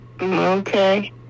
Okay